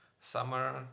summer